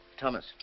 Thomas